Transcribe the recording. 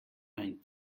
mijn